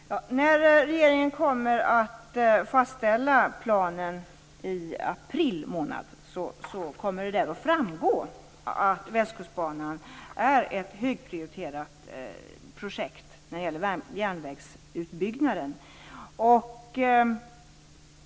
Fru talman! När regeringen kommer att fastställa planen i april månad kommer det att framgå att Västkustbanan är ett högprioriterat projekt när det gäller järnvägsutbyggnaden.